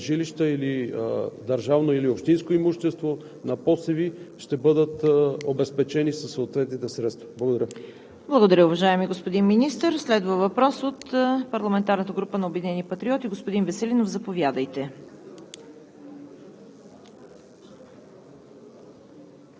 Всички щети, които са нанесени, независимо дали са на частни жилища или на държавно, или общинско имущество, или на посеви, ще бъдат обезпечени със съответните средства. Благодаря. ПРЕДСЕДАТЕЛ ЦВЕТА КАРАЯНЧЕВА: Благодаря, уважаеми господин Министър. Следва въпрос от парламентарната група на „Обединени патриоти“. Господин Веселинов, заповядайте.